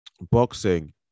Boxing